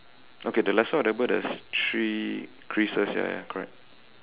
okay the left side of the bird there's three creases ya ya correct